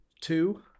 Two